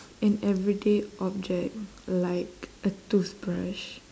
an everyday object like a toothbrush